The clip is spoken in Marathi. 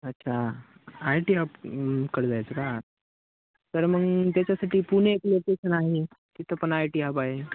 अच्छा आय टी हब कल जायचं का तर मग त्याच्यासाठी पुणे एक लोकेशन आहे तिथं पण आय टी हब आहे